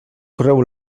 correu